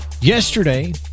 yesterday